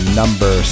number